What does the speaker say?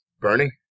Bernie